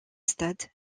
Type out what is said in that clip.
stade